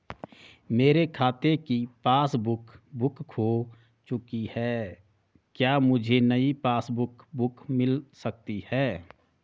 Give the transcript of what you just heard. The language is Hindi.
मेरे खाते की पासबुक बुक खो चुकी है क्या मुझे नयी पासबुक बुक मिल सकती है?